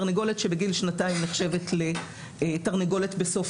תרנגולת שהיא בגיל שנתיים נחשבת לתרנגולת בסוף